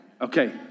Okay